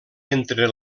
entre